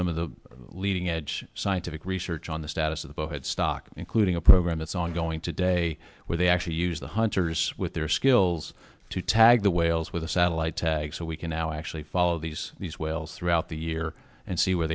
some of the leading edge scientific research on the status of the headstock including a program that's ongoing today where they actually use the hunters with their skills to tag the whales with a satellite tag so we can now actually follow these these whales throughout the year and see where